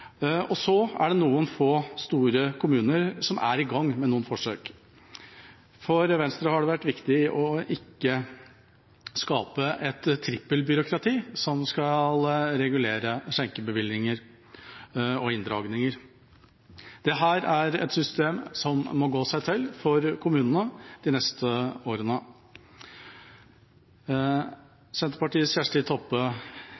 Og så er det noen få, store kommuner som er i gang med noen forsøk. For Venstre har det vært viktig ikke å skape et trippelbyråkrati som skal regulere skjenkebevillinger og inndragninger. Dette er et system som må gå seg til for kommunene de neste årene. Senterpartiets Kjersti Toppe